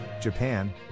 japan